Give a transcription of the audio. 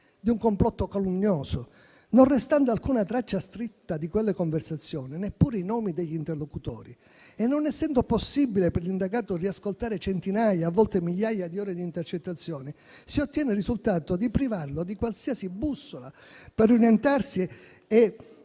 di un complotto calunnioso, non restando alcuna traccia scritta di quelle conversazioni, neppure i nomi degli interlocutori. E non essendo possibile per l'indagato riascoltare centinaia, a volte migliaia di ore di intercettazioni, si ottiene il risultato di privarlo di qualsiasi bussola per orientarsi e